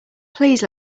please